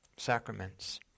sacraments